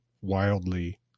wildly